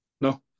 No